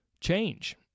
change